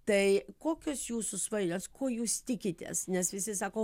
tai kokios jūsų svajonės ko jūs tikitės nes visi sako